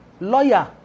Lawyer